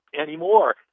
anymore